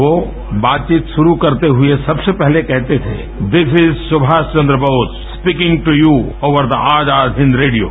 यो बातचीत शुरू करते हुए सबसे पहले कहते थे this is Subhash Chandra Bose speaking to you over the Azad Hind radio